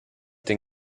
den